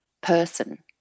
person